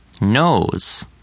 nose